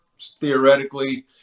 theoretically